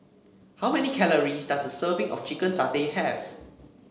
how many calories does a serving of Chicken Satay have